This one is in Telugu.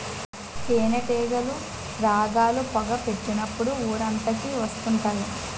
తేనేటీగలు రాగాలు, పొగ పెట్టినప్పుడు ఊరంతకి వత్తుంటాయి